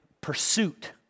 pursuit